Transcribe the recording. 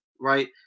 right